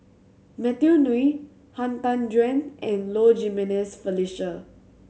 Matthew Ngui Han Tan Juan and Low Jimenez Felicia